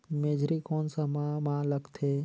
मेझरी कोन सा माह मां लगथे